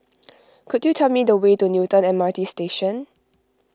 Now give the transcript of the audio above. could you tell me the way to Newton M R T Station